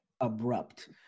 abrupt